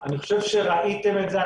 אני חושב שראיתם את זה.